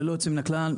ללא יוצא מן הכלל,